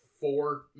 four